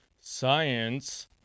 science